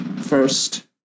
first